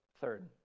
Third